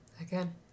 Again